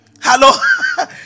Hello